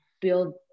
build